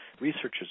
researchers